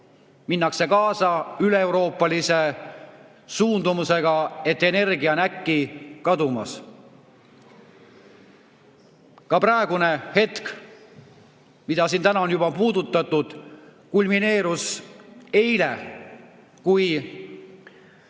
Minnakse kaasa üleeuroopalise suundumusega, et energia on äkki kadumas. Ka praegune hetk, mida siin täna on juba puudutatud, kulmineerus eile, kui